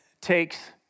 takes